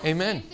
Amen